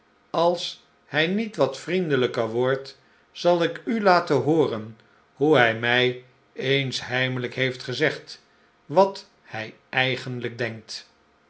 als hij niet wat vriendelijker wordt zal ik u laten hooren hoe hij mij eehs heimelijk heeft gezegd wat hij eigenlijk denkt